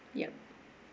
ya